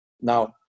Now